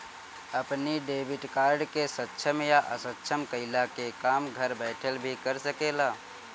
अपनी debit card के सक्षम या असक्षम कईला के काम घर बैठल भी कर सकेला